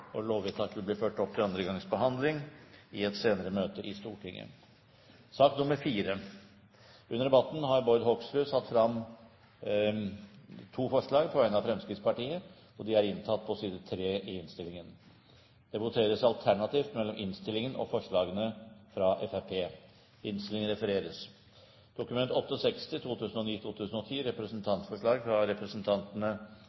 helhet. Lovvedtaket vil bli ført opp til annen gangs behandling i et senere møte i Stortinget. Under debatten har Bård Hoksrud satt fram to forslag på vegne av Fremskrittspartiet. Forslag nr. 1 lyder: «Stortinget ber regjeringen legge til rette for at det